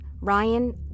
ryan